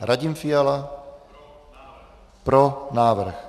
Radim Fiala: Pro návrh.